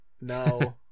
No